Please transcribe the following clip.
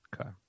Okay